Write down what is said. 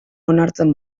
onartzen